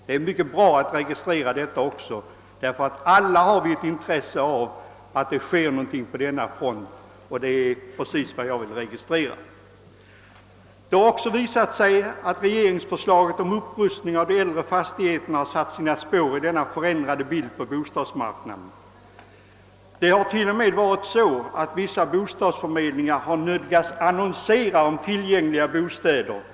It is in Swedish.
Det är mycket bra att registrera även detta; vi har alla ett intresse av att det händer någonting på denna front. Regeringsförslaget om upprustning av äldre fastigheter har också satt sina spår i denna förändrade bild på bostadsmarknaden. Det har t.o.m. varit så, att vissa bostadsförmedlingar nödgats annonsera om tillgängliga bostäder.